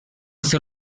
ser